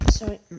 Sorry